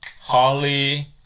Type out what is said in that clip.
Holly